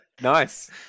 Nice